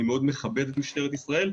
אני מכבד את משטרת ישראל,